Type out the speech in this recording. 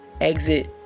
exit